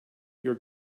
your